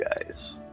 guys